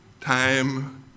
time